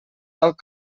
alt